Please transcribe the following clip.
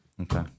Okay